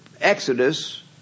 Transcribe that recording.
Exodus